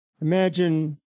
Imagine